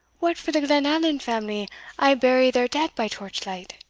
what for the glenallan family aye bury their dead by torch-light?